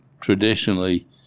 traditionally